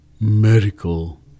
medical